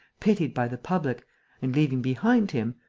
pitied by the public and leaving behind him,